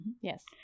yes